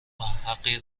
حقی